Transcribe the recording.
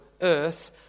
earth